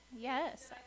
yes